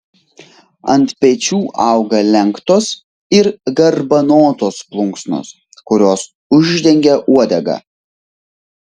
ant pečių auga lenktos ir garbanotos plunksnos kurios uždengia uodegą